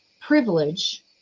privilege